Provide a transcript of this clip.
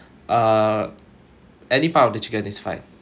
uh any part of the chicken is fine